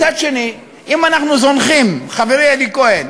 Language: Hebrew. מצד שני, אם אנחנו זונחים, חברי אלי כהן,